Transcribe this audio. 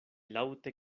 laŭte